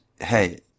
hey